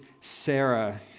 Sarah